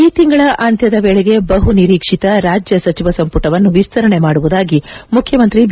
ಈ ತಿಂಗಳ ಅಂತ್ಯದ ವೇಳೆಗೆ ಬಹು ನಿರೀಕ್ಷಿತ ರಾಜ್ಯ ಸಚಿವ ಸಂಪುಟವನ್ನು ವಿಸ್ತರಣೆ ಮಾಡವುದಾಗಿ ಮುಖ್ಯಮಂತ್ರಿ ಬಿ